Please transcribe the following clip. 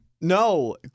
No